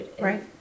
Right